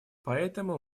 поэтому